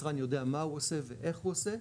היצרן יודע מה הוא עושה ואיך הוא עושה,